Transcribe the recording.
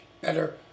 better